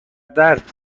درد